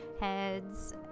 Heads